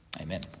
Amen